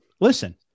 Listen